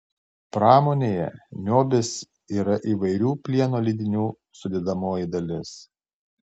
pramonėje niobis yra įvairių plieno lydinių sudedamoji dalis